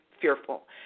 fearful